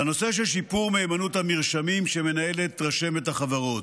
לנושא של שיפור מהימנות המרשמים שמנהלת רשמת החברות,